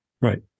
Right